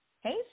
Hey